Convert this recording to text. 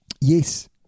Yes